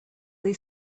they